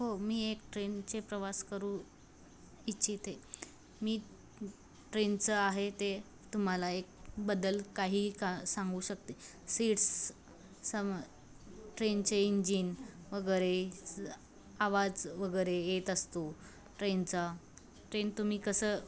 हो मी एक ट्रेनचे प्रवास करू इच्छिते मी ट्रेनचं आहे ते तुम्हाला एक बदल काही का सांगू शकते सीट्स सम ट्रेनचे इंजिन वगैरे आवाज वगैरे येत असतो ट्रेनचा ट्रेन तुम्ही कसं